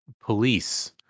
police